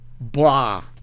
blah